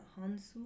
Hansu